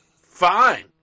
Fine